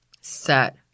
set